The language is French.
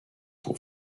pour